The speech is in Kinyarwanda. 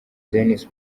dennis